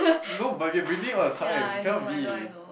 no but you're breathing all the time it cannot be